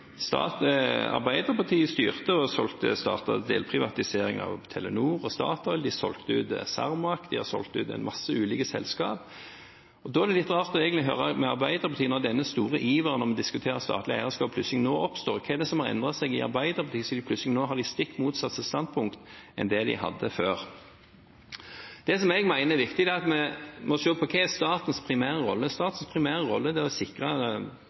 Arbeiderpartiet styrte, delprivatiserte de Telenor og Statoil, de solgte ut Cermaq, de har solgt ut en masse ulike selskap. Da er det litt rart å høre fra Arbeiderpartiet, når vi diskuterer statlig eierskap, denne store iveren som plutselig nå oppstår. Hva er det som har endret seg i Arbeiderpartiet, siden de nå plutselig har stikk motsatt standpunkt av det de hadde før? Det jeg mener er viktig, er å se på hva som er statens primære rolle. Statens primære rolle er å sikre sikkerhet og trygghet i samfunnet, det er å sikre